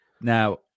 Now